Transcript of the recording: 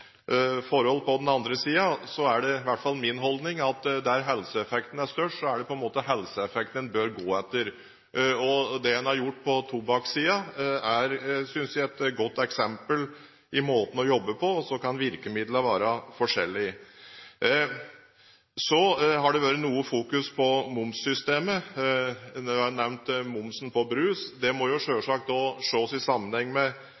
andre siden, er det i hvert fall min holdning at der helseeffekten er størst, er det helseeffekten en bør gå etter. Det en har gjort på tobakkssiden, er, synes jeg, et godt eksempel på måten å jobbe på. Så kan virkemidlene være forskjellige. Det har vært fokusert noe på momssystemet. Det ble nevnt momsen på brus. Det må selvsagt også ses i sammenheng med